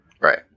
Right